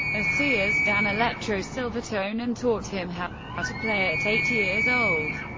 a sears danelectro silvertone, and taught him how ah to play at eight years old.